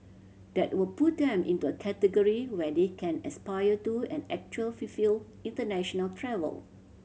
that will put them into a category where they can aspire to and actually fulfil international travel